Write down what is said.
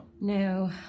No